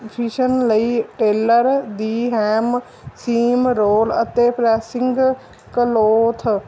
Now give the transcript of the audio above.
fashion ਲਈ tailor ਦੀ ham seam roll ਅਤੇ ਪ੍ਰੈਸਿੰਗ ਕਲੋਥ